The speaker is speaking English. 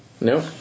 No